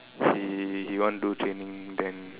he he want do training then